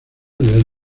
del